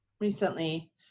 recently